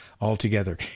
altogether